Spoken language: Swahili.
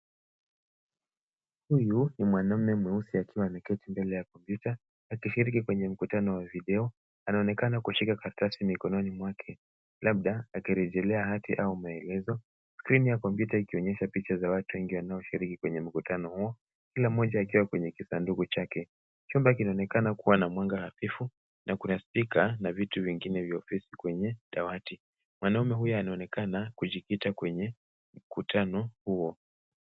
Huyu ni mwanamume mweusi akiwa ameketi mbele ya kompyuta akishiriki kwenye mkutano wa video. Anaonekana kushika karatasi mikononi mwake, labda akirejelea hati au maelezo. Skrini ya kompyuta ikionyesha picha za watu wengi wanaoshiriki kwenye mkutano huo, kilammoja akiwa kwenye kisanduku chake. Chumba kinaonekana kuwa na mwanga hafifu na kuna stika na vitu vingine vya ofisi kwenye dawati. Mwanamume huyo anaonekana kujikita kwenye mkutano huo.